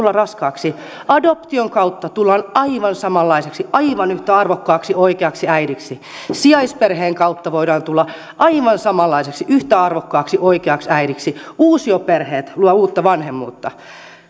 tulla raskaaksi adoption kautta tullaan aivan samanlaiseksi aivan yhtä arvokkaaksi oikeaksi äidiksi sijaisperheen kautta voidaan tulla aivan samanlaiseksi yhtä arvokkaaksi oikeaksi äidiksi uusioperheet luovat uutta vanhemmuutta